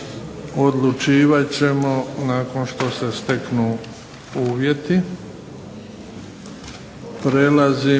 odlučivat ćemo nakon što se steknu uvjeti. **Bebić,